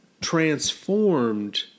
transformed